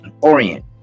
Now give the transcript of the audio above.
Orient